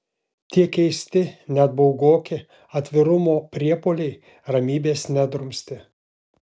tie keisti net baugoki atvirumo priepuoliai ramybės nedrumstė